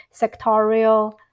sectorial